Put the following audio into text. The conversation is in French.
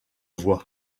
voix